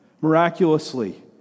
Miraculously